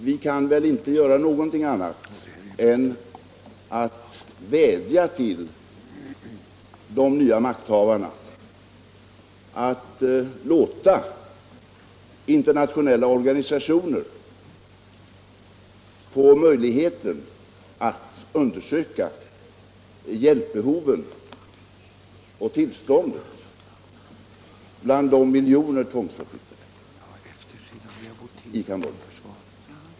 Vi kan väl inte göra något annat än att vädja till de nya makthavarna att låta internationella organisationer få möjligheten att undersöka hjälpbehoven och tillståndet bland de miljoner tvångsförflyttade i Cambodja.